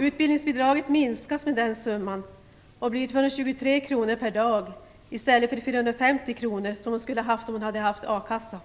Utbildningsbidraget minskas med den summan och blir 223 kr per dag i stället för de 450 kr som hon skulle ha haft om hon hade haft ersättning från a-kassan.